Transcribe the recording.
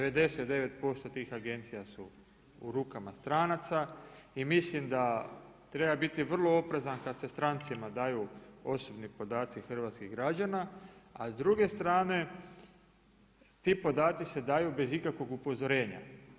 99% tih agencija su u rukama stranaca i mislim da treba biti vrlo oprezan kad se strancima daju osobni podaci hrvatskih građana, a s druge strane ti podaci se daju bez ikakvog upozorenja.